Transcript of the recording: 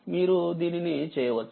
మీరు దీనిని చేయవచ్చు